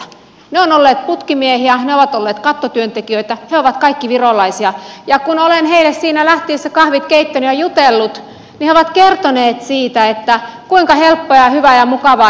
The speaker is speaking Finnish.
he ovat olleet putkimiehiä he ovat olleet kattotyöntekijöitä he ovat kaikki virolaisia ja kun olen heille siinä lähtiessä kahvit keittänyt ja jutellut niin he ovat kertoneet siitä kuinka helppoa ja hyvää ja mukavaa tämä kaikki on